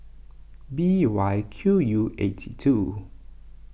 B Y Q U eighty two